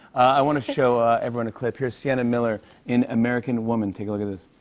i want to show ah everyone a clip. here's sienna miller in american woman. take a look at this.